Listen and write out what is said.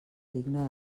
digna